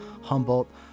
Humboldt